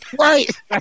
Right